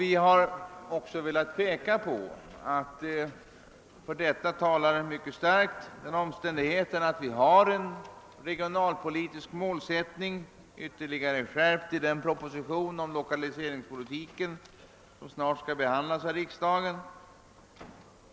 Vi har också velat peka på att för en lösning enligt de av motionärerna förordade riktlinjerna talar den omständigheten att det finns en regional politisk målsättning, ytterligare skärpt i den proposition om lokaliseringspolitiken som snart skall behandlas av riksdagen.